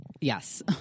Yes